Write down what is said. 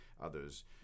others